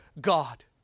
God